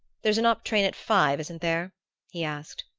there's an up train at five, isn't there he asked.